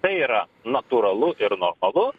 tai yra natūralu ir normalu